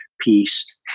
peace